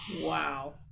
wow